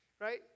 Right